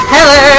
Hello